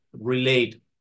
relate